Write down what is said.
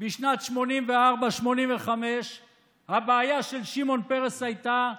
בשנת 1985-1984 הבעיה של שמעון פרס הייתה,